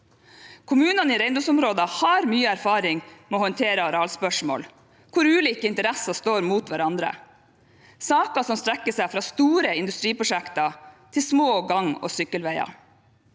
Kommunene i reindriftsområdene har mye erfaring med å håndtere arealspørsmål hvor ulike interesser står mot hverandre, saker som strekker seg fra store industriprosjekter til små gang- og sykkelveier.